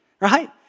right